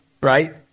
right